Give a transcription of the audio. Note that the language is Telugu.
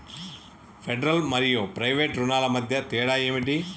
ఫెడరల్ మరియు ప్రైవేట్ రుణాల మధ్య తేడా ఏమిటి?